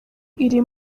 iri